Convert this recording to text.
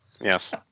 Yes